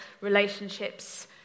relationships